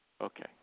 Okay